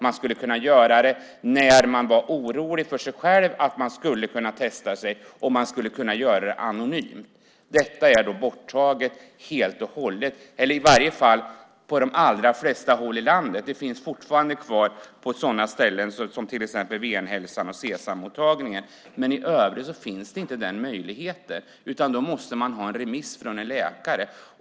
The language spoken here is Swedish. Man skulle kunna göra det när man var orolig för sig själv, och man skulle kunna göra det anonymt. Detta är helt och hållet borttaget på de allra flesta håll i landet. Det finns fortfarande kvar på sådana ställen som Venhälsan och Sesammottagningen, men i övrigt finns inte den möjligheten. Man måste ha remiss från en läkare.